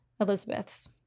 Elizabeth's